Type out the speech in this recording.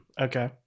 Okay